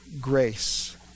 grace